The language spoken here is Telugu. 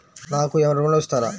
నాకు ఏమైనా ఋణం ఇస్తారా?